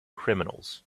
criminals